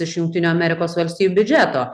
iš jungtinių amerikos valstijų biudžeto